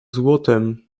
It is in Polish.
złotem